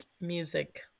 music